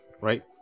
right